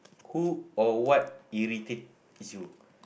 who or what irritates you